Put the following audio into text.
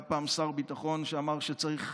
היה פעם שר ביטחון שאמר שצריך